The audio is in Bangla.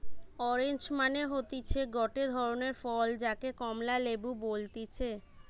অরেঞ্জ মানে হতিছে গটে ধরণের ফল যাকে কমলা লেবু বলতিছে